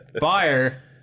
fire